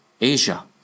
Asia